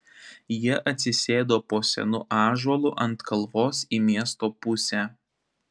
jie atsisėdo po senu ąžuolu ant kalvos į miesto pusę